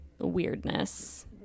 weirdness